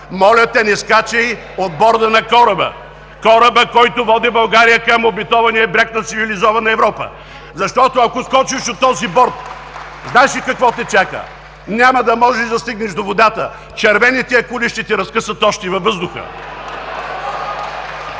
Моля те, не скачай от борда на кораба – кораба, който води България към обетования бряг на цивилизована Европа. (Ръкопляскания от ГЕРБ.) Ако скочиш от този борд, знаеш ли какво те чака? Няма да можеш да стигнеш до водата! Червените акули ще те разкъсат още във въздуха! (Смях